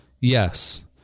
Yes